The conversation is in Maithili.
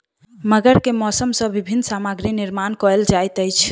मगर के मौस सॅ विभिन्न सामग्री निर्माण कयल जाइत अछि